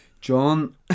John